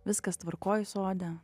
viskas tvarkoj sode